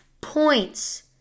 points